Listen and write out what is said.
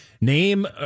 Name